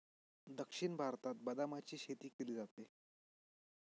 दक्षिण भारतात बदामाची शेती केली जाते